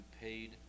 paid